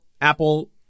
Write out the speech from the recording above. Apple